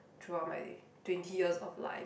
throughout my twenty years of life